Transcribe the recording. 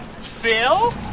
Phil